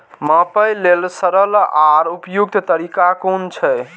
मापे लेल सरल आर उपयुक्त तरीका कुन छै?